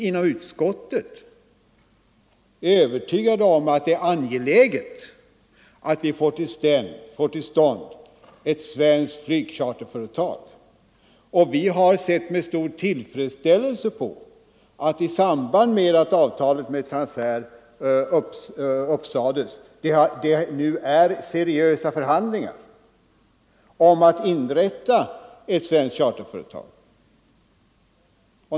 Inom utskottet är vi övertygade om att det är angeläget att vi får till stånd ett svenskt flygcharterföretag, och vi har med stor tillfredsställelse sett att i samband med att avtalet med Transair sades upp seriösa förhandlingar inleddes om att inrätta ett svenskt charterföretag.